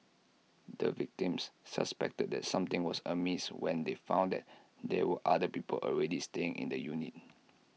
the victims suspected that something was amiss when they found that there were other people already staying in the unit